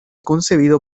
concebido